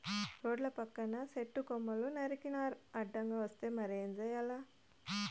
రోడ్ల పక్కన సెట్టు కొమ్మలు నరికినారు అడ్డంగా వస్తే మరి ఏం చేయాల